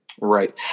right